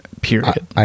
Period